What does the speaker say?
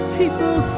people